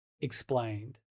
explained